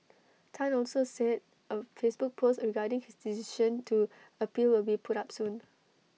Tan also said A Facebook post regarding his decision to appeal will be put up soon